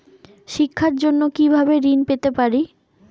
শিক্ষার জন্য কি ভাবে ঋণ পেতে পারি?